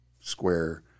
square